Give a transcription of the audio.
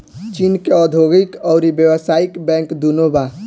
चीन के औधोगिक अउरी व्यावसायिक बैंक दुनो बा